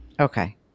Okay